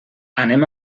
anem